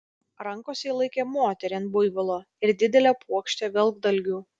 rankose ji laikė moterį ant buivolo ir didelę puokštę vilkdalgių